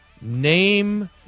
Name